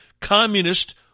communist